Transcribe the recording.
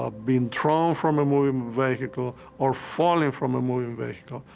ah being thrown from a moving vehicle, or falling from a moving vehicle.